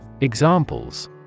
Examples